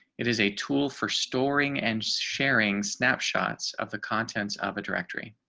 it is a tool for storing and sharing snapshots of the contents of a directory